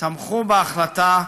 תמכו בהחלטה,